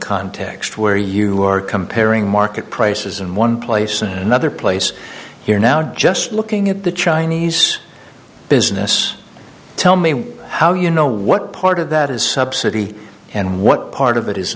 context where you are comparing market prices in one place in another place here now just looking at the chinese business tell me how you know what part of that is subsidy and what part of it is